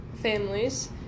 families